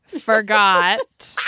forgot